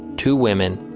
two women,